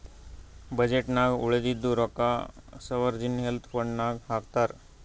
budget ನಾಗ್ ಉಳದಿದ್ದು ರೊಕ್ಕಾ ಸೋವರ್ಜೀನ್ ವೆಲ್ತ್ ಫಂಡ್ ನಾಗ್ ಹಾಕ್ತಾರ್